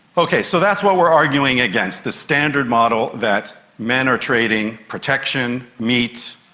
okay, so that's what we're arguing against, the standard model that men are trading protection, meat,